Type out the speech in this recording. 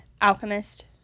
alchemist